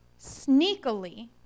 sneakily